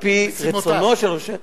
על-פי רצונו של ראש העיר,